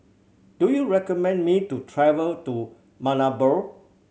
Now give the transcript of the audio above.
do you recommend me to travel to Malabo